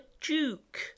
duke